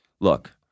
look